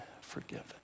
forgiven